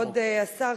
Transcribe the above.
כבוד השר,